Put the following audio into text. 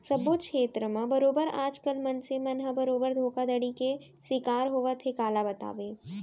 सब्बो छेत्र म बरोबर आज कल मनसे मन ह बरोबर धोखाघड़ी के सिकार होवत हे काला बताबे